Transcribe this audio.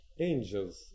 angels